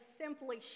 simply